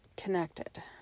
connected